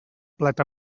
plat